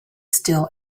still